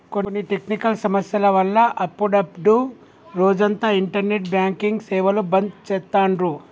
కొన్ని టెక్నికల్ సమస్యల వల్ల అప్పుడప్డు రోజంతా ఇంటర్నెట్ బ్యాంకింగ్ సేవలు బంద్ చేత్తాండ్రు